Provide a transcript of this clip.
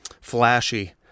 flashy